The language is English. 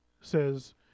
says